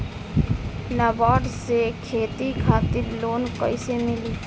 नाबार्ड से खेती खातिर लोन कइसे मिली?